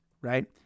right